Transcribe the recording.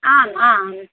आम् आम्